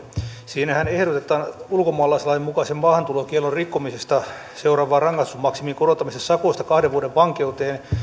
siinähän ehdotetaan ulkomaalaislain mukaisen maahantulokiellon rikkomisesta seuraavan rangaistusmaksimin korottamista sakosta kahden vuoden vankeuteen